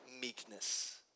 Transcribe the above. meekness